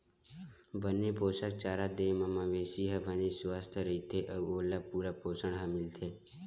बने पोसक चारा दे म मवेशी ह बने सुवस्थ रहिथे अउ ओला पूरा पोसण ह मिलथे